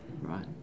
Right